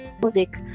music